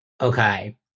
okay